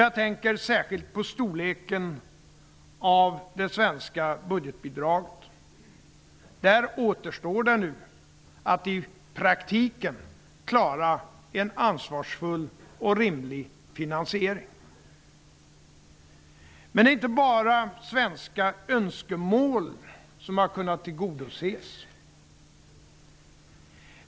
Jag tänker särskilt på storleken av det svenska budgetbidraget. I praktiken återstår det nu att klara en ansvarsfull och rimlig finansiering. Det är inte bara svenska önskemål som har kunnat tillgodoses.